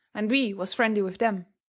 and we was friendly with them.